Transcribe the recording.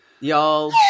Y'all